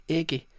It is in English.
ikke